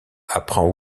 apprend